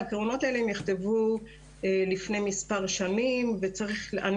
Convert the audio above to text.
העקרונות האלה נכתבו לפני מספר שנים ואני